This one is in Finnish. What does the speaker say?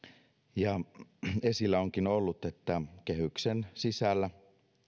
ja esillä onkin ollut että kehyksen sisällä